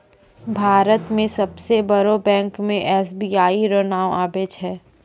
भारत मे सबसे बड़ो बैंक मे एस.बी.आई रो नाम आबै छै